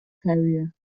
career